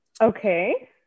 Okay